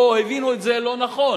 או הבינו את זה לא נכון,